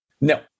no